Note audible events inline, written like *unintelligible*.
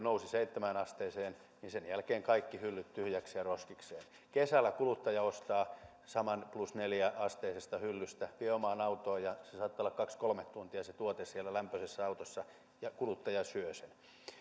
*unintelligible* nousi seitsemään asteeseen niin sen jälkeen kaikki hyllyt tyhjiksi ja roskikseen kesällä kuluttaja ostaa saman plus neljä asteisesta hyllystä vie omaan autoon se tuote saattaa olla kaksi viiva kolme tuntia siellä lämpöisessä autossa ja kuluttaja syö sen